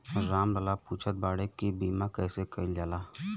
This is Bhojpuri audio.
राम लाल पुछत बाड़े की बीमा कैसे कईल जाला?